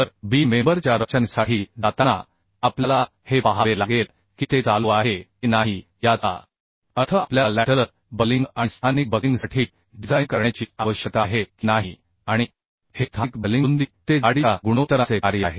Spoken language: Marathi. तर बीम मेंबर च्या रचनेसाठी जाताना आपल्याला हे पाहावे लागेल की ते चालू आहे की नाही याचा अर्थ आपल्याला बाजूकडील बकलिंग आणि स्थानिक बकलिंगसाठी डिझाइन करण्याची आवश्यकता आहे की नाही आणि हे स्थानिक बकलिंग रुंदी ते जाडीच्या गुणोत्तरांचे कार्य आहे